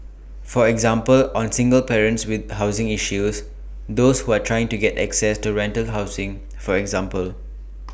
for example on single parents with housing issues those who are trying to get access to rental housing for example